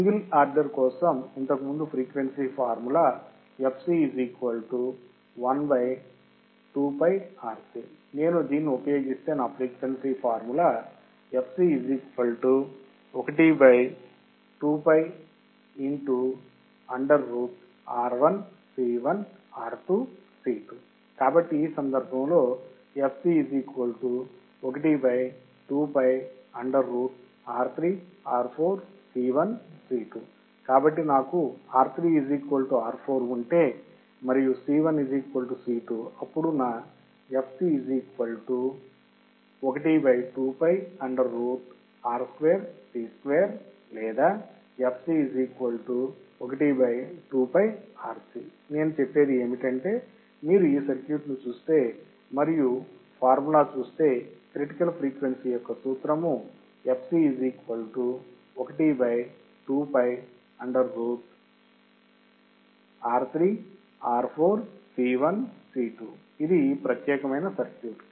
single order కోసం ఇంతకు ముందు ఫ్రీక్వెన్సీ ఫార్ములా నేను దీనిని ఉపయోగిస్తే నా ఫ్రీక్వెన్సీ ఫార్ములా కాబట్టి ఈ సందర్భంలో కాబట్టి నాకు R3 R4 ఉంటే మరియు C1 C2 అప్పుడు నా లేదా నేను చెప్పేది ఏమిటంటే మీరు ఈ సర్క్యూట్ చూస్తే మరియు మీరు ఫార్ములా చూస్తే క్రిటికల్ ఫ్రీక్వెన్సీ యొక్క సూత్రం ఇది ఈ ప్రత్యేక సర్క్యూట్